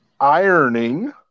ironing